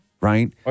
right